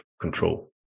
control